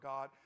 God